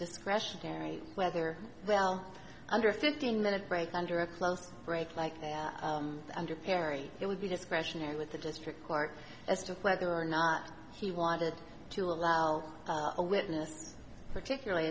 discretionary whether well under a fifteen minute break under a closed break like under perry it would be discretionary with the district court as to whether or not he wanted to allow a witness particularly